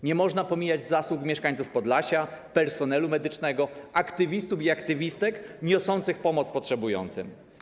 Nie można pomijać zasług mieszkańców Podlasia, personelu medycznego, aktywistów i aktywistek niosących pomoc potrzebującym.